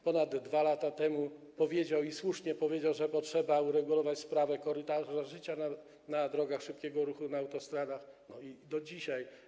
Ponad 2 lata temu powiedział, i słusznie powiedział, że trzeba uregulować sprawę korytarzy życia na drogach szybkiego ruchu, na autostradach, i do dzisiaj.